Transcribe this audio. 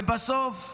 ובסוף,